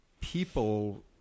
people